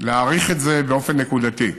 להאריך את זה באופן נקודתי,